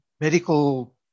medical